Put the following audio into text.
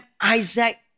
Isaac